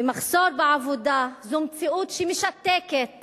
ומחסור בעבודה זו מציאות שמשתקת